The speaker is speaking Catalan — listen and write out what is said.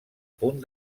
punt